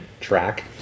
track